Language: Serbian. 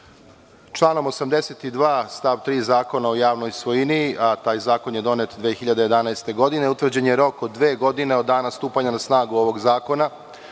82. stav 3. Zakona o javnoj svojini, a taj zakon je donet 2011. godine, utvrđen je rok od dve godine od dana stupanja na snagu ovog zakona,